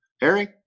Harry